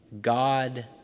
God